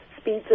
speeds